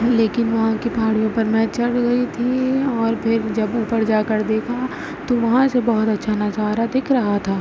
لیکن وہاں کی پہاڑیوں پر میں چڑھ گئی تھی اور پھر جب اوپر جا کر دیکھا تو وہاں سے بہت اچھا نظارہ دکھ رہا تھا